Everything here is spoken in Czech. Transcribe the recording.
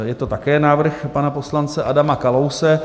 Je to také návrh pana poslance Adama Kalouse.